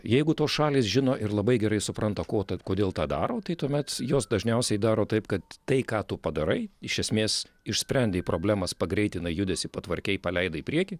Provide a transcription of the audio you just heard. jeigu tos šalys žino ir labai gerai supranta ko tad kodėl tą daro tai tuomet jos dažniausiai daro taip kad tai ką tu padarai iš esmės išsprendei problemas pagreitinai judesį patvarkei paleidai į priekį